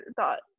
thought